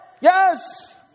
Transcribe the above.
Yes